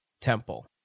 temple